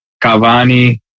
Cavani